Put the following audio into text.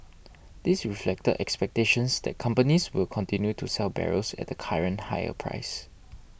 this reflected expectations that companies will continue to sell barrels at the current higher price